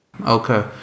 Okay